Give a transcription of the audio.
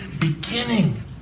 beginning